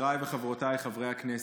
חבריי וחברותיי חברי הכנסת,